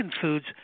foods